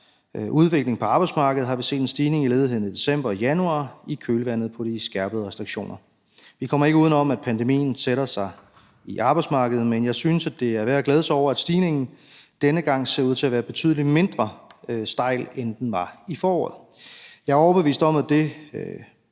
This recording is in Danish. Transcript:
udvikling på arbejdsmarkedet har vi set en stigning i ledigheden i december og januar i kølvandet på de skærpede restriktioner. Vi kommer ikke uden om, at pandemien sætter sig i arbejdsmarkedet, men jeg synes, det er værd at glæde sig over, at stigningen denne gang ser ud til at være betydelig mindre stejl, end den var i foråret. Jeg er overbevist om, at det